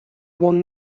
one